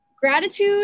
Gratitude